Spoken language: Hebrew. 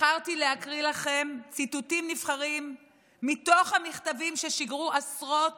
בחרתי להקריא לכם ציטוטים נבחרים מתוך המכתבים ששיגרו עשרות